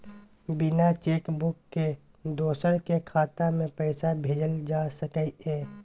बिना cheque book के दोसर के खाता में पैसा भेजल जा सकै ये?